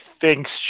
thinks